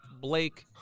Blake